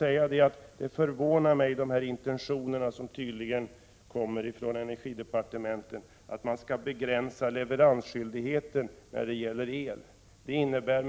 De intentioner som tydligen kommer från energidepartementet att man skall begränsa leveransskyldigheten då det gäller el förvånar mig.